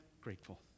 grateful